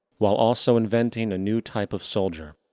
while also inventing a new type of soldier.